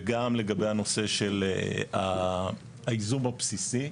וגם לגבי הנושא של הייזום הבסיסי.